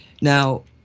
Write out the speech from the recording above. Now